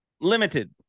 limited